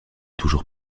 toujours